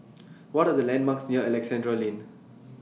What Are The landmarks near Alexandra Lane